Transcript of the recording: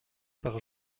par